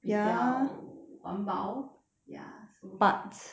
比较环保 ya so